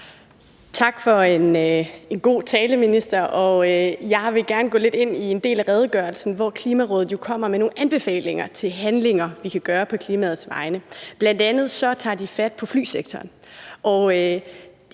Tak for en god tale, minister. Jeg vil gerne gå lidt ind i en del af redegørelsen, hvor Klimarådet jo kommer med nogle anbefalinger til handlinger, vi kan gøre på klimaets vegne. Bl.a. tager de fat på flysektoren.